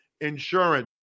insurance